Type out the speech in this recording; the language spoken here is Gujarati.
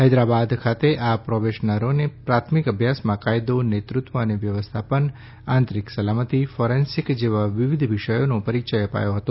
હૈદરાબાદ ખાતે આ પ્રોબશનરોને પ્રાથમિક અભ્યાસમાં કાયદો નેતૃત્વ અને વ્યવસ્થાપન આંતરીક સલામતી ફોરેન્સીક જેવા વિવિધ વિષયોનો પરિચય અપાયો હતો